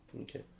okay